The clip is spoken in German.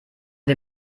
wir